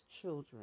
children